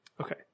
Okay